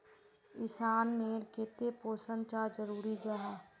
इंसान नेर केते पोषण चाँ जरूरी जाहा?